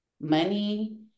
money